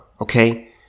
Okay